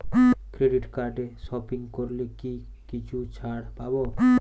Credit কার্ডে shopping করলে কি কিছু ছাড় পাব?